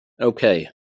Okay